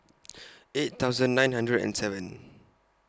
eight thousand nine hundred and seven